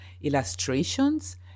illustrations